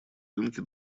рынки